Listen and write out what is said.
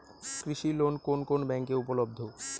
কৃষি ঋণ কোন কোন ব্যাংকে উপলব্ধ?